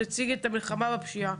הציג את המלחמה בפשיעה.